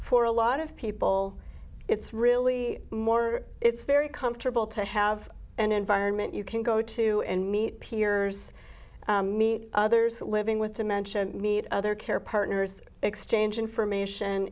for a lot of people it's really more it's very comfortable to have an environment you can go to and meet peers meet others living with dementia meet other care partners exchange information